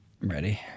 Ready